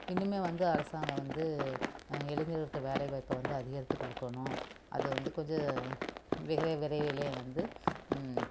இனிமேல் வந்து அரசாங்கம் வந்து இளைஞர்களுக்கு வேலை வாய்ப்பை வந்து அதிகரித்து கொடுக்கணும் அதை வந்து கொஞ்சம் மிக விரைவிலே வந்து